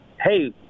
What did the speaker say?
hey